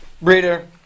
Reader